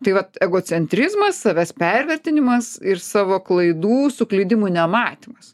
tai vat egocentrizmas savęs pervertinimas ir savo klaidų suklydimų nematymas